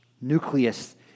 nucleus